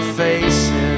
faces